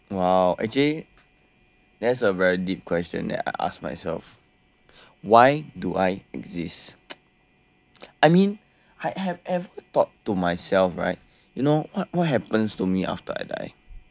!wow! actually that's a very deep question that I ask myself why do I exist I mean I have ever thought to myself right you know what what happens to me after I die